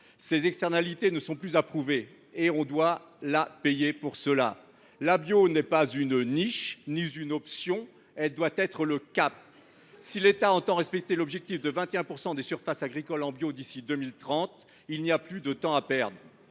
Ses externalités positives ne sont plus à prouver et on doit la payer pour cela. La bio n’est pas une niche, ni une option ; elle doit être le cap. Si l’État entend respecter l’objectif de 21 % de surfaces agricoles en bio d’ici à 2030, il n’y a plus de temps à perdre.